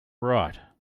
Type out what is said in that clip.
right